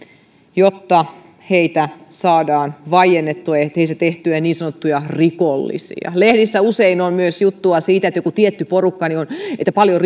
jotta heitä saadaan vaiennettua ja heistä tehtyä niin sanottuja rikollisia lehdissä usein on myös juttua siitä että on joku tietty porukka jolla on paljon